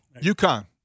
UConn